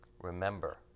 Remember